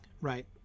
right